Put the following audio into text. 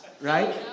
right